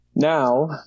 Now